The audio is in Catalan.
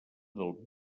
del